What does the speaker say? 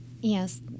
Yes